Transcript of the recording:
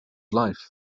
life